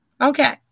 Okay